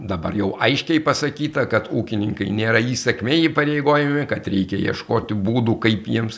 dabar jau aiškiai pasakyta kad ūkininkai nėra įsakmiai įpareigojami kad reikia ieškoti būdų kaip jiems